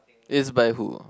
it's by who